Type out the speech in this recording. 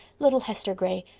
little hester gray,